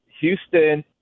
Houston –